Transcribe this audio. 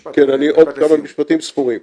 משפט לסיום.